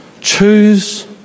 Choose